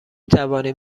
توانیم